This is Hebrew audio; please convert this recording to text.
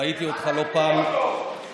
ראיתי אותך לא פעם מקרוב